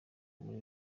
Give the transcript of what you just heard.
muri